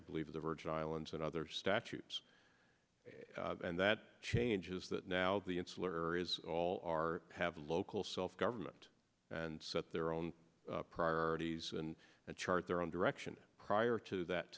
i believe the virgin islands and other statutes and that change is that now the insular is all are have local self government and set their own priorities and that chart their own direction prior to that